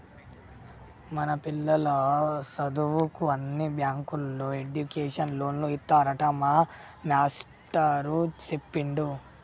మన పిల్లల సదువుకు అన్ని బ్యాంకుల్లో ఎడ్యుకేషన్ లోన్లు ఇత్తారట మా మేస్టారు సెప్పిండు